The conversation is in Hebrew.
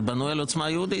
זה בנוי על עוצמה יהודית.